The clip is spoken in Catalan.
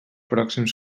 pròxims